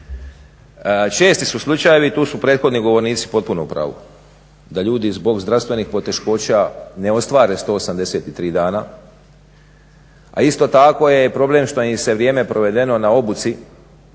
Česti su slučajevi, tu su prethodni govornici potpuno u pravu da ljudi zbog zdravstvenih poteškoća ne ostvare 183 dana, a isto tako je i problem šta im se vrijeme provedeno na obuci